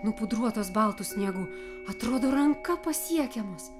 nupudruotos baltu sniegu atrodo ranka pasiekiamos